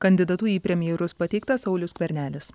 kandidatu į premjerus pateiktas saulius skvernelis